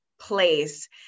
place